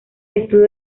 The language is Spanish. estudio